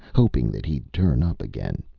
hoping that he'd turn up again.